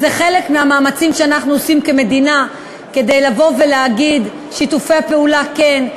וזה חלק מהמאמצים שאנחנו עושים כמדינה כדי להגיד: שיתופי פעולה כן,